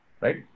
right